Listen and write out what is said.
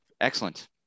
excellent